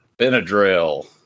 Benadryl